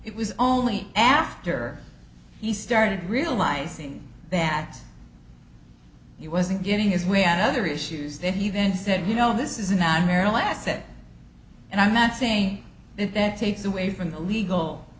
it was only after he started realizing that he wasn't getting his way on other issues that he then said you know this is not marital asset and i'm not saying that that takes away from the legal